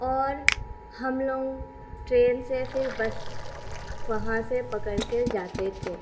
اور ہم لوگ ٹرین سے پھر بس وہاں سے پکڑ کے جاتے تھے